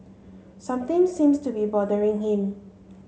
something seems to be bothering him